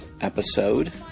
episode